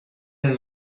del